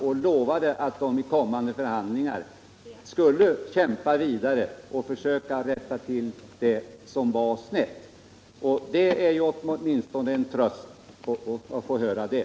De lovade att de under kommande förhandlingar skulle kämpa vidare och försöka rätta till det som är snett. Det är åtminstone en tröst att få höra det.